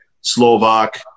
Slovak